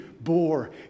bore